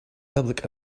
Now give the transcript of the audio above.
public